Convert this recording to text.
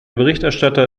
berichterstatter